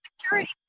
security